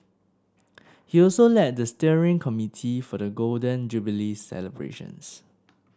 he also led the steering committee for the Golden Jubilee celebrations